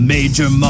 Major